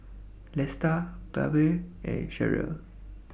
Lesta Babe and Cherelle